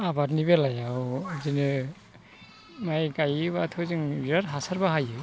आबादनि बेलायाव बिदिनो माइ गायोबाथ' जों बिराद हासार बाहायो